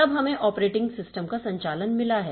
तब हमें operating system का संचालन मिला है